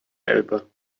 elbe